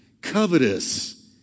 covetous